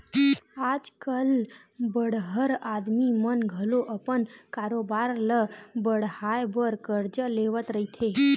आज कल बड़हर आदमी मन घलो अपन कारोबार ल बड़हाय बर करजा लेवत रहिथे